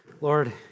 Lord